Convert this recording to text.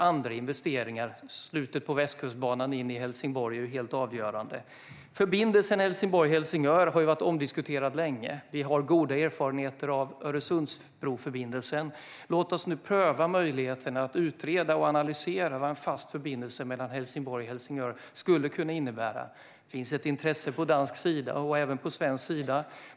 Till exempel är slutet av Västkustbanan in i Helsingborg helt avgörande. Förbindelsen Helsingborg-Helsingör har ju varit omdiskuterad länge. Vi har goda erfarenheter av Öresundsbroförbindelsen. Låt oss nu pröva möjligheterna att utreda och analysera vad en fast förbindelse mellan Helsingborg och Helsingör skulle kunna innebära. Det finns ett intresse på dansk sida och även på svensk sida.